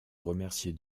remercier